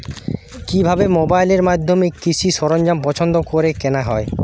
কিভাবে মোবাইলের মাধ্যমে কৃষি সরঞ্জাম পছন্দ করে কেনা হয়?